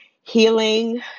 healing